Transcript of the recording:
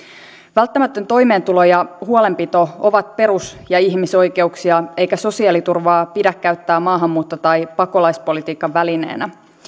välttämätön toimeentulo ja huolenpito ovat perus ja ihmisoikeuksia eikä sosiaaliturvaa pidä käyttää maahanmuutto tai pakolaispolitiikan välineenä